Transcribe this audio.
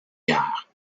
guerre